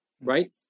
right